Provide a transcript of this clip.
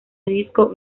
disco